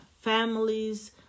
families